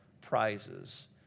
Prizes